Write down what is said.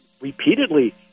repeatedly